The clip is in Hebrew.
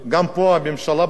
במקרה הזה,